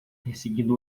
perseguindo